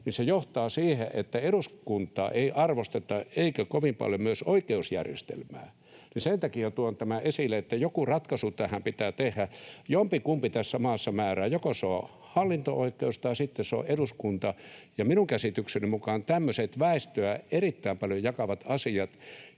se johtaa siihen, että eduskuntaa ei arvosteta eikä kovin paljon myöskään oikeusjärjestelmää. Sen takia tuon tämän esille, että joku ratkaisu tähän pitää tehdä. Jompikumpi tässä maassa määrää, joko se on hallinto-oikeus tai sitten se on eduskunta. Minun käsitykseni mukaan tämmöiset väestöä erittäin paljon jakavat,